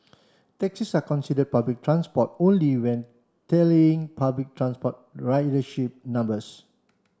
taxis are considered public transport only when tallying public transport ridership numbers